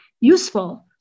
useful